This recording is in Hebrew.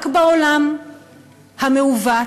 רק בעולם המעוות,